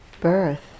Birth